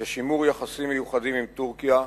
בשימור יחסים מיוחדים עם טורקיה,